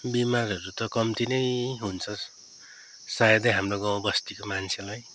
बिमारहरू त कम्ती नै हुन्छ सायदै हाम्रो गाउँ बस्तीको मान्छेलाई